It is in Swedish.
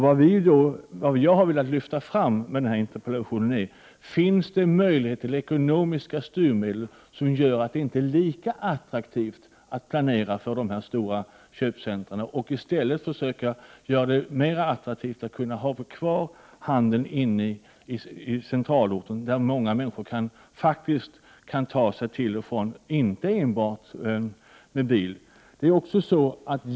Vad jag har velat lyfta fram med denna interpellation är att det finns möjlighet till ekonomiska styrmedel som gör att det inte är lika attraktivt att planera för dessa stora köpcentra och i stället gör det mera attraktivt att ha kvar handeln inne i centralorten, dit många människor kan ta sig även utan bil.